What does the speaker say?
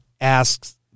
asks